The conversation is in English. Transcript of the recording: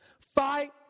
Fight